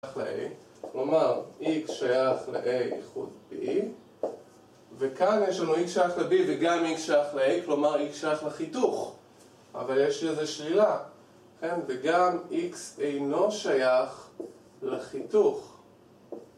כלומר x שייך ל-a איכות b וכאן יש לנו x שייך ל-b וגם x שייך ל-a כלומר x שייך לחיתוך אבל יש לי איזה שלילה כן וגם x אינו שייך לחיתוך